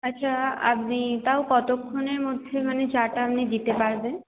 আচ্ছা আপনি তাও কতক্ষণের মধ্যে মানে চাটা আপনি দিতে পারবেন